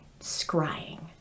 scrying